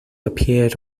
appeared